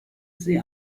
sie